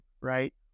right